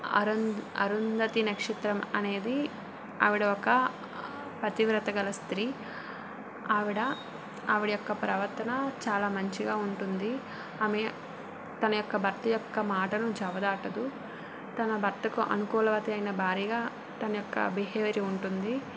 అరుంధ అరుంధతి నక్షత్రం అనేది ఆవిడ ఒక పతివ్రత గల స్త్రీ ఆవిడ ఆవిడ యొక్క ప్రవర్తన చాలా మంచిగా ఉంటుంది ఆమె తన యొక్క భర్త యొక్క మాటను జవదాటదు తన భర్తకు అనుకూలవతి అయిన భార్యగా తన యొక్క బిహేవియర్ ఉంటుంది